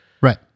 Right